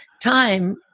time